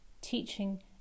teaching